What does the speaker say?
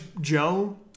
Joe